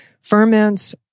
ferments